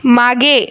मागे